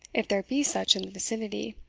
if there be such in the vicinity,